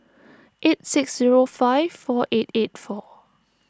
eight six zero five four eight eight four